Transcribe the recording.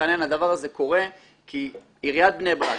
העניין הדבר הזה קורה כי עיריית בני ברק